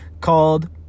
called